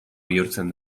bihurtzen